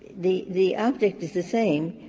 the the object is the same,